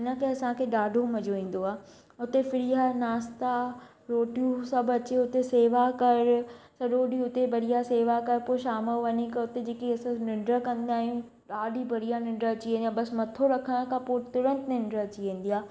इन करे असांखे ॾाढो मजो ईंदो आहे उते फ्रीअ जा नास्ता रोटियूं सभु अची उते शेवा कर सॼो ॾींहुं बढ़िया उते शेवा कर पोइ शाम जो वञी करे उते जेकी असां निंड कंदा आहियूं ॾाढी बढ़िया निंड अची वेंदी आहे बसि मथो रखण खां पोइ तुरंतु निंड अची वेंदी आहे